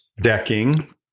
decking